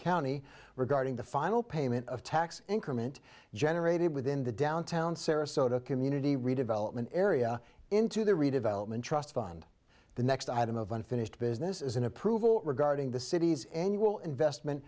county regarding the final payment of tax increment generated within the downtown sarasota community redevelopment area into the redevelopment trust fund the next item of unfinished business is an approval regarding the city's annual investment